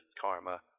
karma